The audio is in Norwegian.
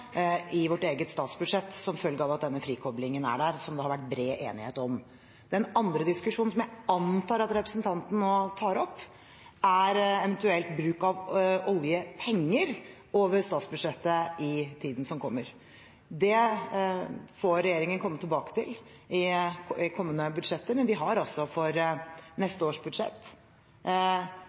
i vårt eget statsbudsjett, som følge av at denne frikoblingen er der, som det har vært bred enighet om. Den andre diskusjonen, som jeg antar at representanten nå tar opp, er eventuell bruk av oljepenger over statsbudsjettet i tiden som kommer. Det får regjeringen komme tilbake til i kommende budsjetter, men vi har for neste års budsjett